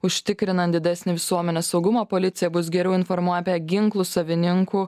užtikrinant didesnį visuomenės saugumą policija bus geriau informuoja apie ginklų savininkų